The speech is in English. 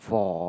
for